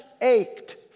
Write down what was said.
ached